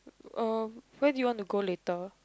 uh where do you want to go later